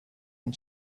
and